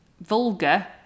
vulgar